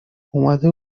اومده